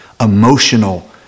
emotional